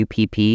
UPP